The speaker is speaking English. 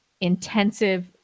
intensive